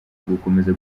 gukomeza